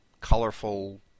colorful